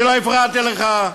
אני לא הפרעתי לך.